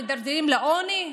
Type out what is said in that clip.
מידרדרים לעוני,